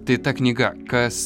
tai ta knyga kas